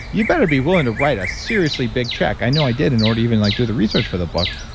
you better be willing to write a seriously big check. i know i didn't or to even like do the research for the book,